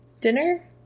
dinner